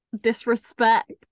disrespect